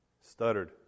stuttered